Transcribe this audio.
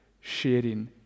sharing